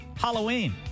Halloween